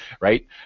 right